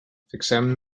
fixem